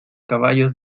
caballos